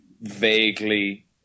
vaguely